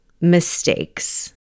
mistakes